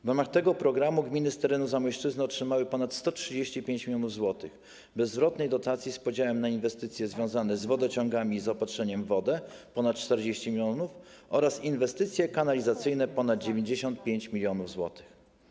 W ramach tego programu gminy z terenu Zamojszczyzny otrzymały ponad 135 mln zł bezzwrotnej dotacji z podziałem na inwestycje związane z wodociągami, z zaopatrzeniem w wodę - ponad 40 mln zł, oraz inwestycje kanalizacyjne - ponad 95 mln zł.